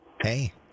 Hey